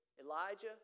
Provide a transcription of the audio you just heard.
Elijah